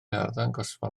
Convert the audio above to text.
arddangosfa